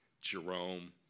Jerome